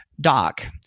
doc